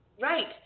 Right